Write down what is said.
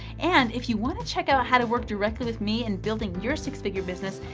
and if you want to check out how to work directly with me and building your six-figure business,